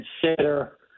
consider